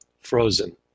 frozen